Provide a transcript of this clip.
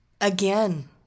Again